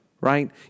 right